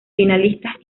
finalistas